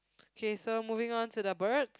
okay so moving on to the bird